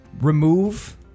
remove